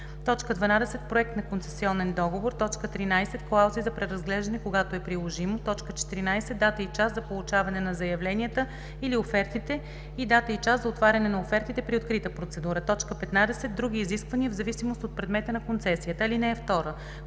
12. проект на концесионен договор; 13. клаузи за преразглеждане, когато е приложимо; 14. дата и час за получаване на заявленията или офертите и дата и час за отваряне на офертите при открита процедура; 15. други изисквания, в зависимост от предмета на концесията. (2) Когато се